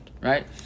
right